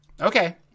Okay